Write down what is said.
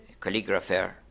calligrapher